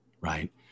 right